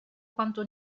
quanto